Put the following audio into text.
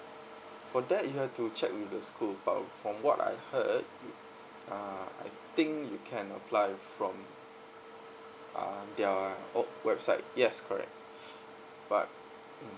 for that you have to check with the school but from what I heard uh I think you can apply from uh their oo website yes correct but mm